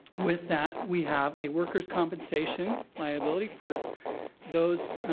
with that we have a workers compensation liability for those,